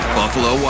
Buffalo